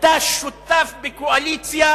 אתה שותף בקואליציה